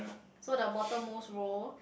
so the bottom most row